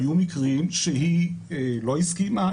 היו מקרים שהיא לא הסכימה,